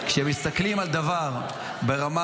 כשמסתכלים על דבר ברמה